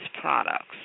products